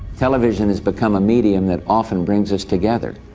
television has become a medium that often brings us together,